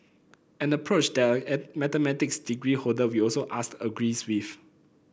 an approach that are a mathematics degree holder we also asked agrees with